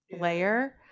layer